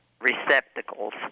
receptacles